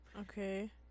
Okay